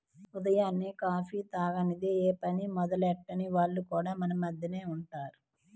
ఉదయాన్నే కాఫీ తాగనిదె యే పని మొదలెట్టని వాళ్లు కూడా మన మద్దెనే ఉంటారు